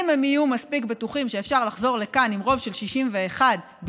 אם הם יהיו מספיק בטוחים שאפשר לחזור לכאן עם רוב של 61 בלעדיכם,